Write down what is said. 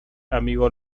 amigo